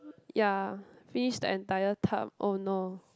ya finish the entire tub oh no